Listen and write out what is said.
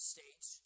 States